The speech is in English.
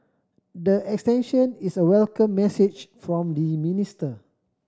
the extension is a welcome message from the minister